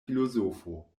filozofo